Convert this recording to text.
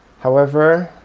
however,